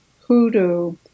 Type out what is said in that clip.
hoodoo